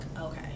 okay